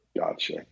Gotcha